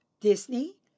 Disney